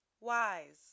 Wise